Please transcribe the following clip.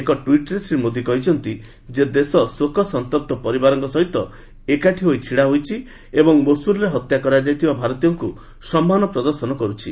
ଏକ ଟୁଇଟ୍ େଶ୍ରୀ ମୋଦୀ କହିଛନ୍ତି ଯେ ଦେଶ ଶୋକସନ୍ତପ୍ତ ପରିବାରଙ୍କ ସହିତ ଏକାଠି ହୋଇ ଛିଡା ହୋଇଛି ଏବଂ ମୋସୁଲରେ ହତ୍ୟା କରାଯାଇଥିବା ଭାରତୀୟଙ୍କୁ ସମ୍ମାନ ପ୍ରଦାନ କରୁଛନ୍ତି